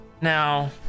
Now